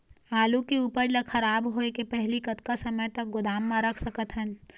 आलू के उपज ला खराब होय के पहली कतका समय तक गोदाम म रख सकत हन?